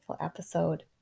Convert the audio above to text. episode